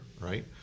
right